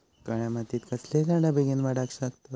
काळ्या मातयेत कसले झाडा बेगीन वाडाक शकतत?